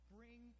Bring